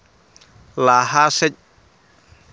ᱞᱟᱦᱟ ᱥᱮᱫ